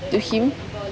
to him